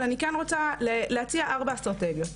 אבל אני כן רוצה להציע ארבע אסטרטגיות,